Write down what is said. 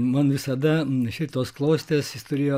man visada šitos klostės jos turėjo